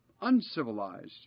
uncivilized